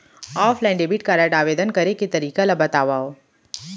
Offline debit card आवेदन करे के तरीका ल बतावव?